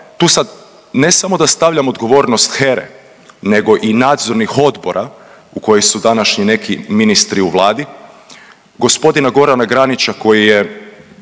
Tu sad ne samo da stavljam odgovornost HERE nego i nadzornih odbora u koji su današnji neki ministri u vladi, gospodina Gorana Granića koji je